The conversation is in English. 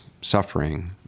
suffering